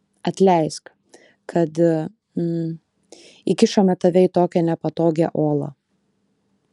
atleisk kad hm įkišome tave į tokią nepatogią olą